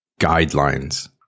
guidelines